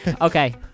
okay